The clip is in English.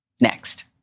next